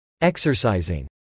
exercising